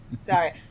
Sorry